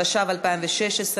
התשע"ו 2016,